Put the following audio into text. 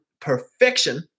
perfection